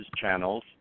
channels